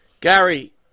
Gary